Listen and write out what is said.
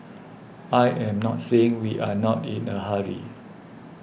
I am not saying we are not in a hurry